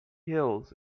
hills